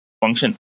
function